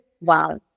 Wow